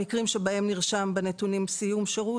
במקרים שבהם נרשם בנתונים סיום שירות,